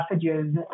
messages